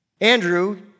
Andrew